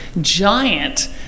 giant